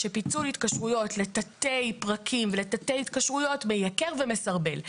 שפיצול התקשרויות לתתי פרקים ולתתי התקשרויות מייקר ומסרבל.